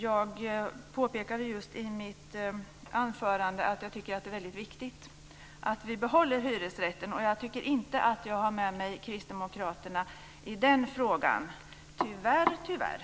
Jag påpekade just i mitt anförande att jag tycker att det är viktigt att vi behåller hyresrätten. Men jag tycker inte att jag har med mig kristdemokraterna i den här frågan, tyvärr.